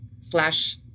slash